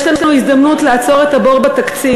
יש לנו הזדמנות לעצור את הבור בתקציב.